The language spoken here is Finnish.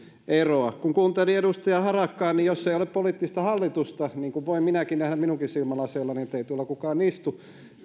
eroa kun kuunteli edustaja harakkaa niin jos ei ole poliittista hallitusta niin kuin voin minäkin nähdä minunkin silmälaseillani ettei tuolla kukaan istu